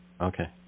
Okay